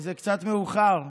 זה קצת מאוחר,